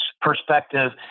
perspective